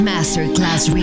Masterclass